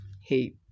hey